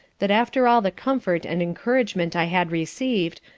that after all the comfort and encouragement i had received,